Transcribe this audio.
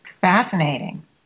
Fascinating